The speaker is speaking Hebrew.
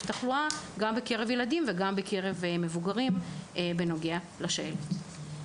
התחלואה בקרב ילדים ובקרב מבוגרים בנוגע לשעלת.